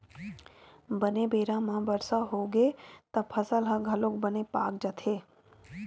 बने बेरा म बरसा होगे त फसल ह घलोक बने पाक जाथे